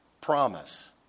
promise